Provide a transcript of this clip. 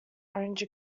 orange